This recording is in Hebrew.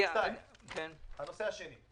והנושא השני.